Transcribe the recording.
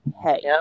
hey